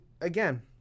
again